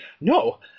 No